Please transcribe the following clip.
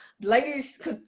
ladies